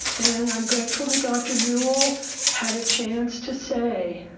and i'm grateful that dr. newel had a chance to say,